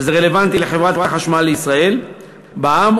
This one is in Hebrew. שזה רלוונטי לחברת החשמל לישראל בע"מ,